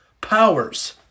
powers